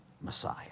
Messiah